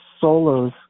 solos